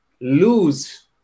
lose